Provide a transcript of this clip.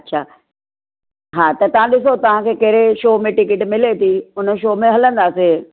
अछा हा त तव्हां ॾिसो तव्हां खे कहिड़े शो में टिकेट मिले थी उन शो में हलंदासे